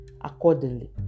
accordingly